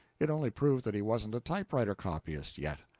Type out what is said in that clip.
it only proved that he wasn't a typewriter copyist yet.